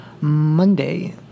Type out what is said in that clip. Monday